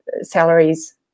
salaries